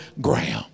ground